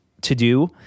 to-do